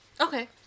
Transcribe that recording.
Okay